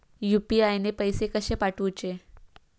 UPI ने पैशे कशे पाठवूचे?